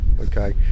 okay